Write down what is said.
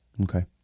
Okay